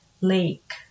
lake